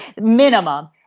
minimum